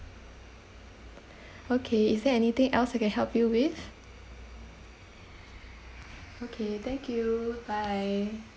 okay is there anything else I can help you with okay thank you bye